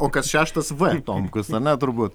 o kas šeštas v tomkus ar ne turbūt